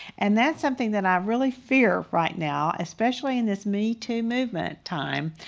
and that's something that i really fear right now, especially in this me too movement time,